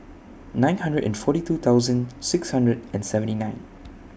nine hundred and forty two thousand six hundred and seventy nine